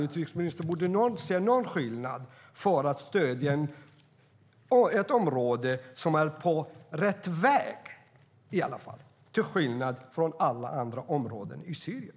Utrikesministern borde se någon skillnad i att stödja ett område som i varje fall är på rätt väg till skillnad från alla andra områden i Syrien.